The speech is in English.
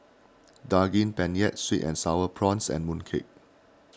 Daging Penyet Sweet and Sour Prawns and Mooncake